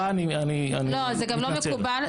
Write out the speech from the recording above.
זה גם לא מקובל,